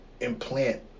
Implant